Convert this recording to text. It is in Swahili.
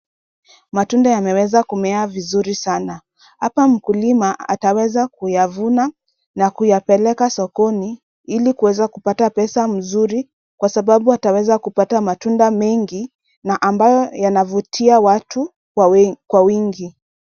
Matunda yameweza kumea vizuri sana . Hapa mkulima ataweza kuyavuna na kuyapeleka sokoni ili kuweza kupata pesa mzuri kwa sababu ataweza kupata matunda mengi na ambayo yanavutia watu kwa wingi.